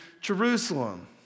Jerusalem